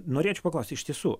norėčiau paklausti iš tiesų